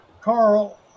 Carl